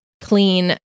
clean